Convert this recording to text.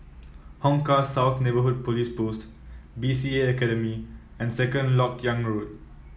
Hong Kah South Neighbourhood Police Post B C A Academy and Second LoK Yang Road